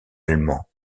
allemand